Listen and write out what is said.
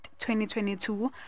2022